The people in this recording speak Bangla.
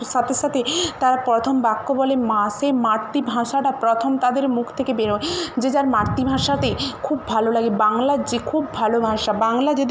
সাথে সাথে তারা প্রথম বাক্য বলে মা সেই মাতৃভাষাটা প্রথম তাদের মুখ থেকে বেরোয় যে যার মাতৃভাষাতে খুব ভালো লাগে বাংলা যে খুব ভালো ভাষা বাংলা যদি